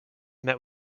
met